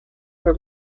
for